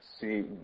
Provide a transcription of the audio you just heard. See